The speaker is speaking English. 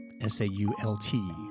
S-A-U-L-T